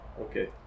Okay